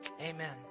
Amen